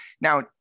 Now